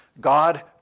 God